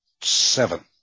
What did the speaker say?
seven